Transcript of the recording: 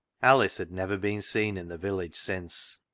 alice had never been seen in the village since.